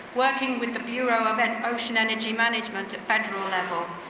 working with the bureau of and ocean energy management at federal level.